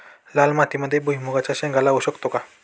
लाल मातीमध्ये भुईमुगाच्या शेंगा लावू शकतो का?